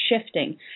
shifting